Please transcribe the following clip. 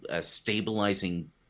stabilizing